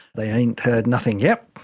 they ain't heard nothing yet.